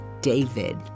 David